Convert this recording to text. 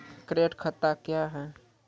Current खाता क्या हैं?